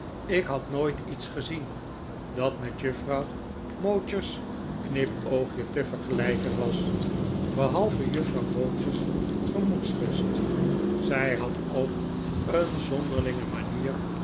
ik had nooit iets gezien dat met juffrouw mowcher's knipoogje te vergelijken was behalve juffrouw mowcher's gemoedsrust zij had ook een zonderlinge manier